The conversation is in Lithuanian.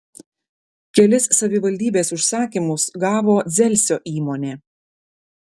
kelis savivaldybės užsakymus gavo dzelzio įmonė